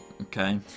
Okay